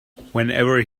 whenever